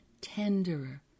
tenderer